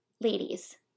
Ladies